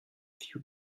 few